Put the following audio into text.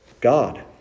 God